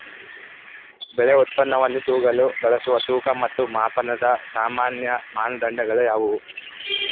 ಬೆಳೆ ಉತ್ಪನ್ನವನ್ನು ತೂಗಲು ಬಳಸುವ ತೂಕ ಮತ್ತು ಮಾಪನದ ಸಾಮಾನ್ಯ ಮಾನದಂಡಗಳು ಯಾವುವು?